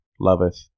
loveth